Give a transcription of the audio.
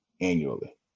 annually